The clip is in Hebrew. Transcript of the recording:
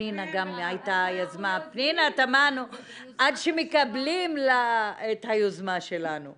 פנינה תמנו על התכנית ועל עיכוב.